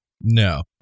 No